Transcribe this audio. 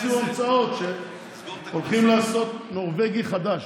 המציאו המצאות שהולכים לעשות נורבגי חדש.